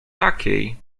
takiej